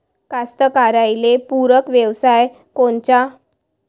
कास्तकाराइले पूरक व्यवसाय कोनचा?